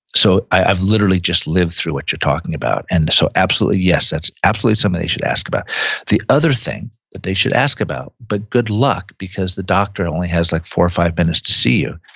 so, i've literally just lived through what you're talking about, and so absolutely yes, that's absolutely something they should ask about the other thing that they should ask about, but good luck because the doctor only has like four or five minutes to see you,